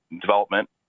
development